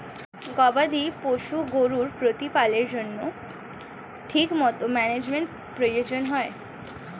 গবাদি পশু গরুর প্রতিপালনের জন্য ঠিকমতো ম্যানেজমেন্টের প্রয়োজন হয়